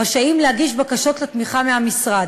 רשאים להגיש בקשות לתמיכה מהמשרד.